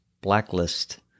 blacklist